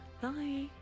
bye